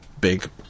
big